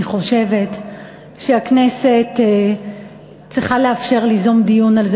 אני חושבת שהכנסת צריכה לאפשר ליזום דיון על זה